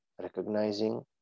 recognizing